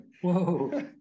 whoa